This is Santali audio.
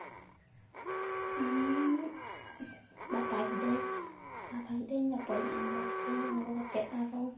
ᱵᱟᱯᱷᱟᱣ ᱠᱤᱫᱟᱹᱧ ᱵᱟᱯᱷᱟᱣ ᱠᱤᱫᱟᱹᱧ ᱛᱟᱯᱚᱨᱮᱧ ᱟᱬᱜᱳ ᱠᱤᱫᱟᱹᱧ ᱟᱬᱜᱳ ᱠᱟᱛᱮ ᱟᱨᱚ